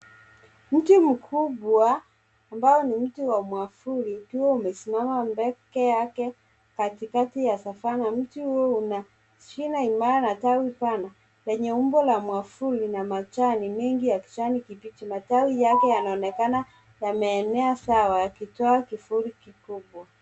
Mti mkubwa ambao ni mti wa mwavuli ukiwa umesimama peke yake katikati ya savanna. Mti huu una shina imara na tawi pana lenye umbo la mwavuli na majani mengi ya kijani kibichi. Matawi yake yanaonekana yameenea sawa yakitoa kivuli kikubwa.